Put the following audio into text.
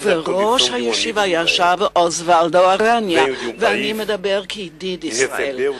ובראש הישיבה ישב אוסוולדו אראניה ואני מדבר כידיד ישראל.